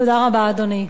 תודה רבה, אדוני.